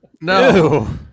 no